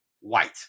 white